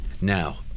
Now